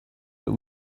but